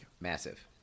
massive